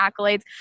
accolades